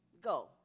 go